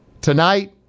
tonight